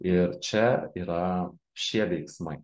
ir čia yra šie veiksmai